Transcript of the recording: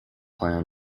plan